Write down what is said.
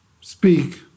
speak